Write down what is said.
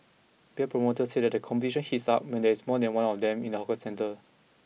beer promoters say that the competition heats up when there is more than one of them in the hawker centre